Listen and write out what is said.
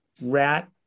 Rat